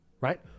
right